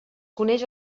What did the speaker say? coneix